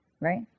right